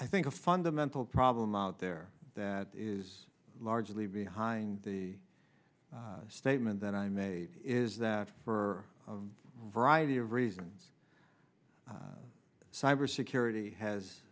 i think a fundamental problem out there that is largely behind the statement that i made is that for a variety of reasons cyber security has